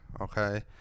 okay